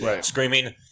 screaming